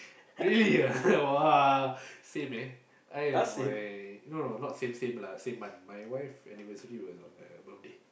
really ah !wah! same eh I and my no no not same same same lah my my wife anniversary was on her birthday